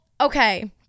okay